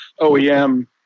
OEM